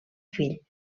fill